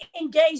engage